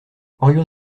aurions